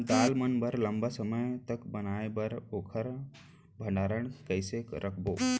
दाल मन ल लम्बा समय तक बनाये बर ओखर भण्डारण कइसे रखबो?